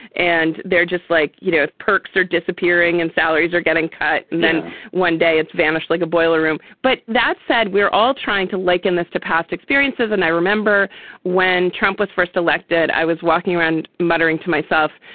and they're just like, you know, if perks are disappearing and salaries are getting cut, then one day it's vanished like a boiler room. but that said, we're all trying to liken this to past experiences. and i remember when trump was first elected, i was walking around muttering to myself,